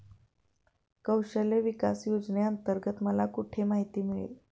कौशल्य विकास योजनेअंतर्गत मला कुठे माहिती मिळेल?